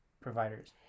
providers